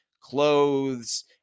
clothes